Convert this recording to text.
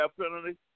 penalty